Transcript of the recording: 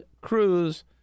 Cruz